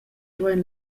duein